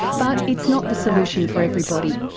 but it's not the solution for everybody.